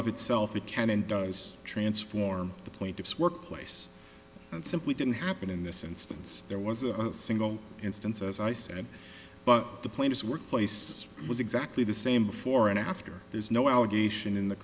of itself it can and does transform the plaintiff's workplace and simply didn't happen in this instance there was a single instance as i said but the point is workplace was exactly the same before and after there's no allegation in the